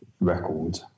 record